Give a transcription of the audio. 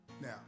Now